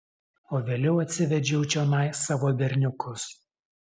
o vėliau atsivedžiau čionai savo berniukus